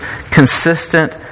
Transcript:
consistent